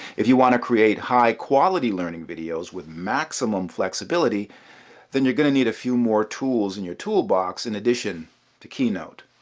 if you want to create high-quality learning videos with maximum flexibility then you're going to need a few more tools in your toolbox, in addition to keynote.